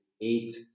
eight